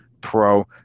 pro